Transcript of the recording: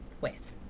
ways